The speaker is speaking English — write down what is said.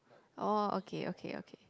oh okay okay okay